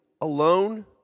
alone